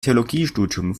theologiestudium